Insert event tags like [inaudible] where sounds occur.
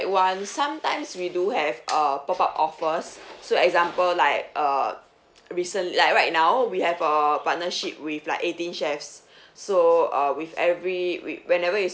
[one] sometimes we do have uh pop up offers so example like uh [noise] recently like right now we have a partnership with like eighteen chefs [breath] so uh with every we whenever you